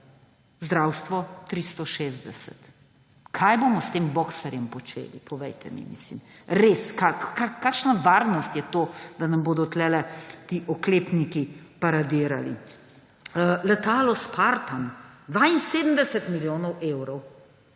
zdravstvo 360. Kaj bomo s tem boxerjem počeli, povejte mi, res, kakšna varnost je to, da nam bodo tukaj ti oklepniki paradirali? Letalo Spartan – 72 milijonov evrov,